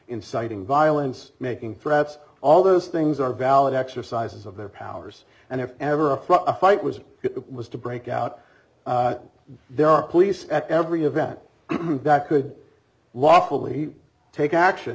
inciting violence making threats all those things are valid exercises of their powers and if ever a fight was to break out there are police at every event that could lawfully take action